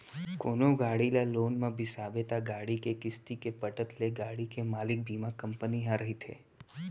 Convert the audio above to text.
कोनो गाड़ी ल लोन म बिसाबे त गाड़ी के किस्ती के पटत ले गाड़ी के मालिक बीमा कंपनी ह रहिथे